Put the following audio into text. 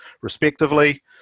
respectively